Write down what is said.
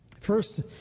First